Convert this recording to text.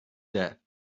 that